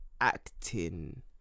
acting